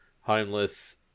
Homeless